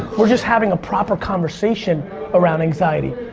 we're just having a proper conversation around anxiety.